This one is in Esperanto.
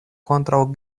kontraŭ